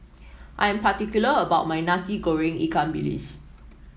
I am particular about my Nasi Goreng Ikan Bilis